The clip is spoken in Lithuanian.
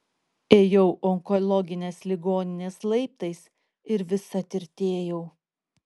ėjau onkologinės ligoninės laiptais ir visa tirtėjau